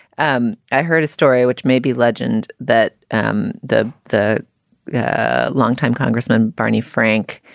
um i heard a story which may be legend that um the the yeah longtime congressman, barney frank,